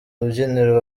rubyiniro